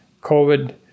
COVID